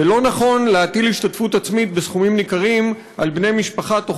ולא נכון להטיל השתתפות עצמית בסכומים ניכרים על בני משפחה תוך